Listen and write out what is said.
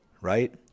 right